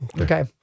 okay